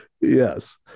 Yes